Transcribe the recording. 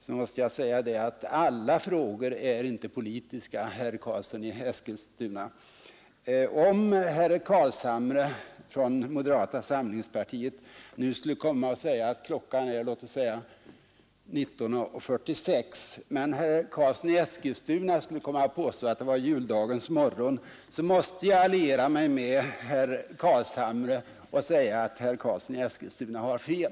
Då måste jag säga att alla frågor är inte partipolitiska, herr Karlsson i Eskilstuna. Om herr Carlshamre från moderata samlingspartiet nu skulle säga att klockan är 19.46, men herr Karlsson i Eskilstuna skulle påstå att det var juldagens morgon, så måste jag alliera mig med herr Carlshamre och säga att herr Karlsson i Eskilstuna har fel.